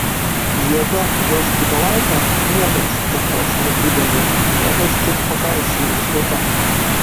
juoda jo skrybėlaitė niekad kaktos nepridengia rodos tik pakaušiui ir skirta